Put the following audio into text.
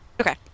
Okay